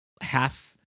half